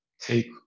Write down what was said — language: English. take